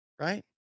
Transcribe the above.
right